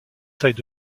taille